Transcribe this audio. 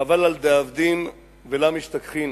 חבל על דאבדין ולא משתכחין,